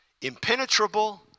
impenetrable